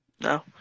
no